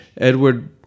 Edward